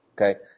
Okay